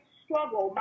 struggle